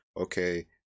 okay